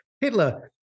Hitler